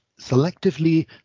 selectively